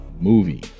movie